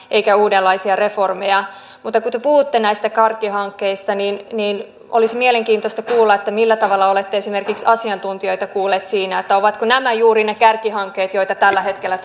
eikä uudenlaisia reformeja mutta kun te puhutte näistä kärkihankkeista niin niin olisi mielenkiintoista kuulla millä tavalla olette esimerkiksi asiantuntijoita kuulleet siinä ovatko nämä juuri ne kärkihankkeet joita tällä hetkellä